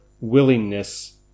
willingness